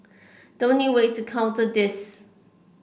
the only way to counter this